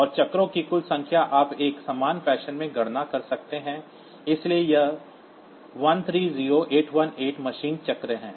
और साइकिल की कुल संख्या आप एक समान फैशन में गणना कर सकते हैं इसलिए यह 130818 मशीन चक्र है